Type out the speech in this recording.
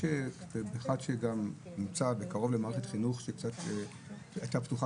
כאחד שנמצא קרוב למערכת החינוך שהייתה פתוחה